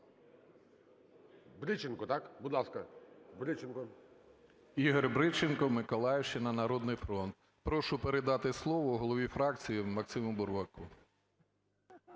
Бриченко, так? Будь ласка. Бриченко. 10:48:48 БРИЧЕНКО І.В. Ігор Бриченко, Миколаївщина, "Народний фронт". Прошу передати слово голові фракції Максиму Бурбаку.